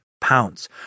pounds